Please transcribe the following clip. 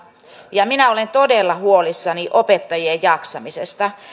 ja minä olen todella huolissani opettajien jaksamisesta